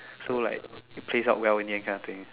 so like change out well in the end kind of thing